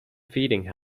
feeding